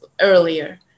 earlier